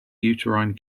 uterine